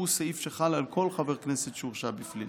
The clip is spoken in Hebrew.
הוא סעיף שחל על כל חבר כנסת שהורשע בפלילים.